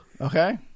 Okay